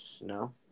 no